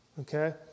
Okay